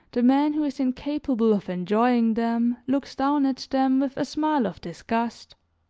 the man who is incapable of enjoying them, looks down at them with a smile of disgust.